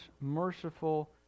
merciful